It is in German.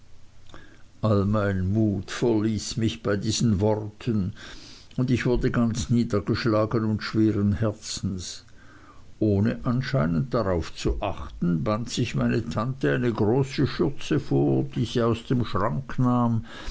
all mein mut verließ mich bei diesen worten und ich wurde ganz niedergeschlagen und schweren herzens ohne anscheinend darauf zu achten band sich meine tante eine große schürze vor die sie aus einem schrank nahm